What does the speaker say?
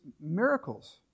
miracles